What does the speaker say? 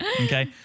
Okay